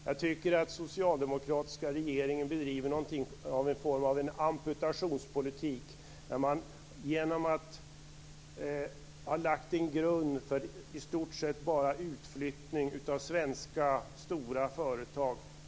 Jag tycker att den socialdemokratiska regeringen bedriver någon form av amputationspolitik, där man lagt en grund för i stort sett bara utflyttning av svenska storföretag.